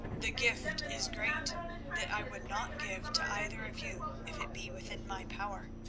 the gift is great that i would not give to either of you if it be within my power.